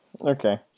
okay